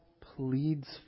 pleads